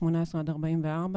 18 עד 44,